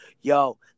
yo